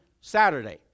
Saturday